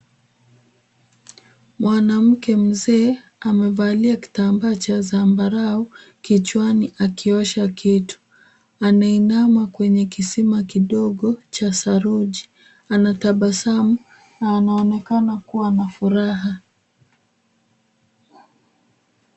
Mwanamke mzee amevalia kitambaa cha zambarau kichwani akiosha kitu. Anainama kwenye kisima kidogo cha saruji. Anatabasamu na anaonekana kua na furaha.